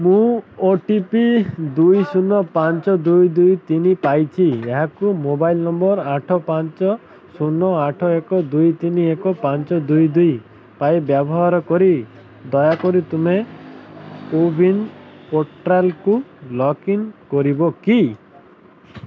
ମୁଁ O T P ଦୁଇ ଶୂନ ପାଞ୍ଚ ଦୁଇ ଦୁଇ ତିନି ପାଇଛି ଏହାକୁ ମୋବାଇଲ ନମ୍ବର ଆଠ ପାଞ୍ଚ ଶୂନ ଆଠ ଏକ ଦୁଇ ତିନି ଏକ ପାଞ୍ଚ ଦୁଇ ଦୁଇ ପାଇଁ ବ୍ୟବହାର କରି ଦୟାକରି ତୁମେ କୋୱିନ୍ ପୋର୍ଟାଲକୁ ଲଗ୍ ଇନ୍ କରିବ କି